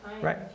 Right